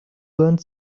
learned